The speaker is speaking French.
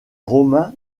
romains